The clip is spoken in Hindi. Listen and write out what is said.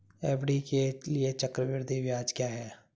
एफ.डी के लिए चक्रवृद्धि ब्याज क्या है?